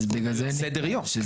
סדר יום.